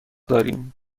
داریم